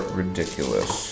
ridiculous